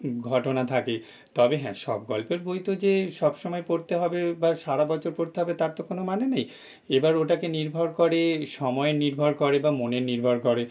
ঘটনা থাকে তবে হ্যাঁ সব গল্পের বই তো যে সব সময় পড়তে হবে বা সারা বছর পড়তে হবে তার তো কোনো মানে নেই এবার ওটাকে নির্ভর করে সময় নির্ভর করে বা মনের নির্ভর করে